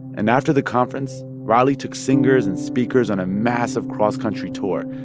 and after the conference, riley took singers and speakers on a massive cross-country tour,